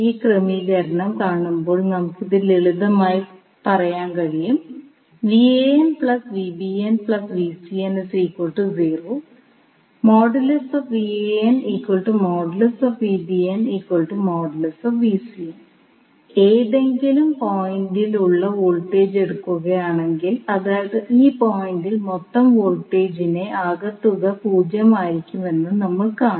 ഈ ക്രമീകരണം കാണുമ്പോൾ നമുക്ക് ഇത് ലളിതമായി പറയാൻ കഴിയും ഏതെങ്കിലും പോയിൻറിൽ ഉള്ള വോൾട്ടേജ് എടുക്കുകയാണെങ്കിൽ അതായത് ഈ പോയിൻറിൽ മൊത്തം വോൾട്ടേജിന്റെ ആകെത്തുക 0 ആയിരിക്കുമെന്ന് നമ്മൾ കാണും